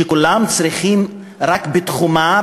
שכולם צריכים להיות רק בתחומה,